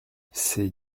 ces